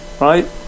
right